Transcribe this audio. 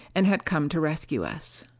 and had come to rescue us.